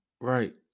Right